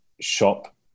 shop